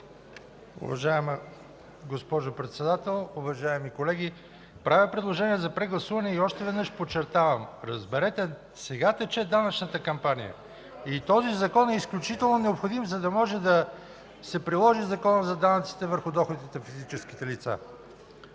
Уважаема госпожо Председател, уважаеми колеги! Правя предложение за прегласуване и още веднъж подчертавам – разберете, сега тече данъчната кампания и този Закон е изключително необходим, за да може да се приложи Законът за данъците върху доходите на физическите лица.